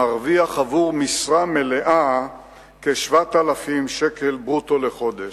מרוויח עבור משרה מלאה כ-7,000 שקל ברוטו לחודש,